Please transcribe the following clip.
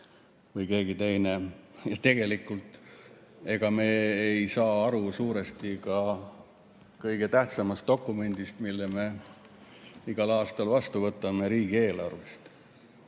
või keegi teine. Ja tegelikult, ega me ei saa ju suuresti aru ka kõige tähtsamast dokumendist, mille me igal aastal vastu võtame, riigieelarvest.